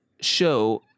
show